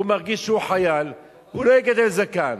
הוא מרגיש שהוא חייל והוא לא יגדל זקן